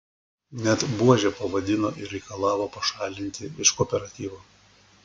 net buože pavadino ir reikalavo pašalinti iš kooperatyvo